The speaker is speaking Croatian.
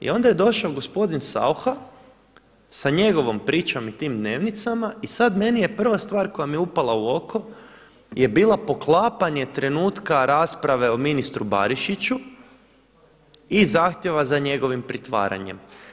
I onda je došao gospodin Saucha sa njegovom pričom i tim Dnevnicama i sada meni je prva stvar koja mi je upala u oko je bila poklapanje trenutka rasprave o ministru Barišiću i zahtjeva za njegovim pritvaranjem.